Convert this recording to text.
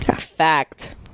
Fact